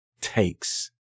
takes